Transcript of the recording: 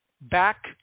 back